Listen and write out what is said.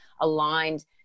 aligned